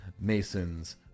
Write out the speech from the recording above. Masons